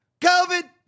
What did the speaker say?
COVID